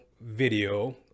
video